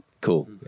Cool